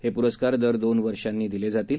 हे पुरस्कार दर दोन वर्षांनी दिले जातील